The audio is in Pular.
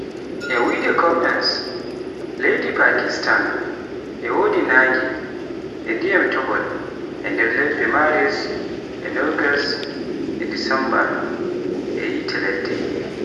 E wiyde Koppens leydi Pakistan e wodi nange e dyiman topol e nder lebbe Maris e nogas e Desemba e yiite ladde.